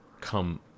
come